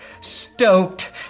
stoked